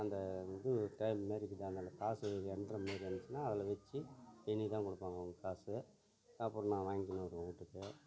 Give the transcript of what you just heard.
அந்த இது மாதிரி இருக்குது அதனால காசு எண்கிற மாதிரி இருந்துச்சின்னா அதில் வச்சி எண்ணி தான் கொடுப்பாங்க அவங்க காசு அப்புறம் நான் வாங்கிக்கிட்டு வருவேன் வீட்டுக்கு